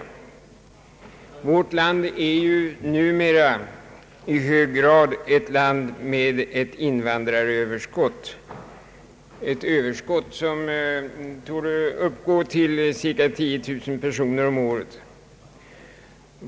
Sverige är nu ett land med ett ganska stort invandraröverskott, som torde uppgå till cirka 10 600 personer om året.